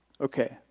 Okay